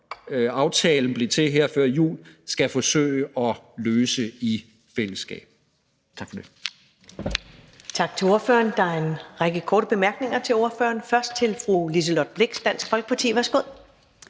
som aftalen blev til i lige her før jul, skal forsøge at løse i fællesskab. Tak for det.